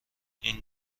این